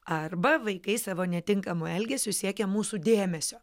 arba vaikai savo netinkamu elgesiu siekia mūsų dėmesio